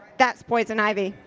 that's poison ivy,